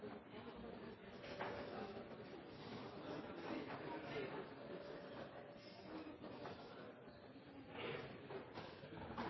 – at de